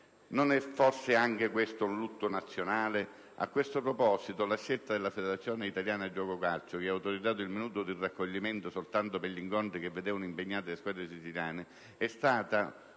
Non è forse anche questo un lutto nazionale? A questo proposito la scelta della FIGC - che ha autorizzato il minuto di raccoglimento soltanto per gli incontri che vedevano impegnate le squadre siciliane - è stata